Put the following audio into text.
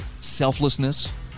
selflessness